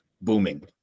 booming